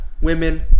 women